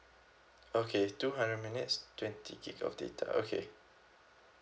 okay two hundred minutes twenty gig of data okay